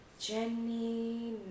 jenny